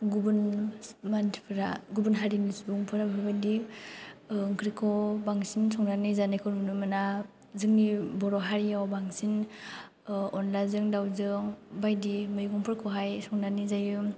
गुबुन मानसिफ्रा गुबुन हारिनि सुबुंफ्रा बेफोरबायदि ओंख्रिखौ बांसिन संनानै जानायखौ नुनो मोना जोंनि बर' हारियाव बांसिन अनलाजों दावजों बायदि मैगंफोरखौहाय संनानै जायो